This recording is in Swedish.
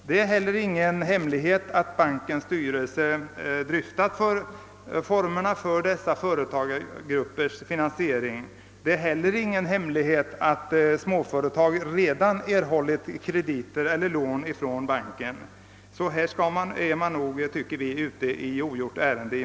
Det är inte heller någon hemlighet att bankens styrelse dryftat formerna för kreditgivningen till dessa företagargrupper och att småföretag redan erhållit krediter eller lån från banken. Vi tycker därför att motionärerna är ute i ogjort ärende.